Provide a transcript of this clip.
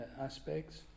aspects